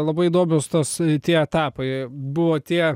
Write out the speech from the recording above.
labai įdomios tos tie etapai buvo tie